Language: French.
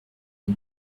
une